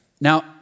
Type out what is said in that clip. Now